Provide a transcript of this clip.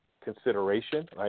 consideration